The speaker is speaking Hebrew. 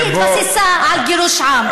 היא התבססה על גירוש עם.